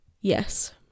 Yes